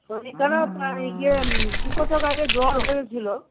শরীর খারাপ ইয়ে দিন কতক আগে আগে জ্বর হয়েছিলো